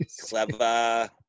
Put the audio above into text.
Clever